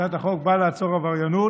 הצעת החוק באה לעצור עבריינות.